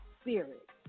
spirit